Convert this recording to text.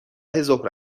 ظهر